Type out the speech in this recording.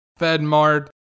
FedMart